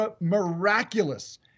miraculous